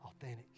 authentic